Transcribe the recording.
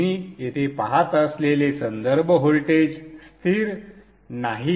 तुम्ही येथे पहात असलेले संदर्भ व्होल्टेज स्थिर नाहीत